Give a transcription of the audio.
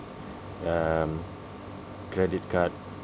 um credit card